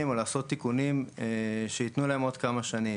או לעשות תיקונים שייתנו להם עוד כמה שנים,